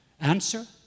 answer